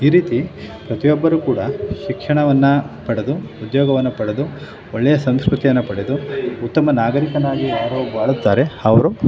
ಈ ರೀತಿ ಪ್ರತಿಯೊಬ್ಬರೂ ಕೂಡ ಶಿಕ್ಷಣವನ್ನು ಪಡೆದು ಉದ್ಯೋಗವನ್ನು ಪಡೆದು ಒಳ್ಳೆಯ ಸಂಸ್ಕೃತಿಯನ್ನ ಪಡೆದು ಉತ್ತಮ ನಾಗರೀಕನಾಗಿ ಯಾರು ಬಾಳುತ್ತಾರೆ ಅವರು